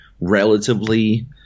relatively